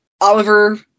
Oliver